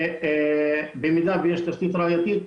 במידה ויש תשתית ראייתית,